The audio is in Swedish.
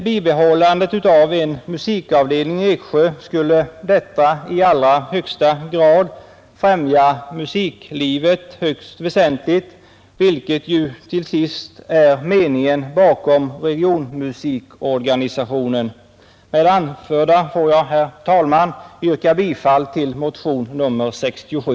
Bibehållandet av en musikavdelning i Eksjö skulle främja musiklivet högst väsentligt, vilket ju till sist är meningen bakom regionmusikorganisationen. Med det anförda får jag, herr talman, yrka bifall till motionen 67.